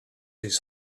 his